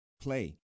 play